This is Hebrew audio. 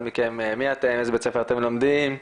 בבקשה.